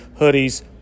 hoodies